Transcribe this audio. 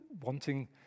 wanting